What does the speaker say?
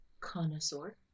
connoisseur